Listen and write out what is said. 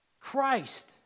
Christ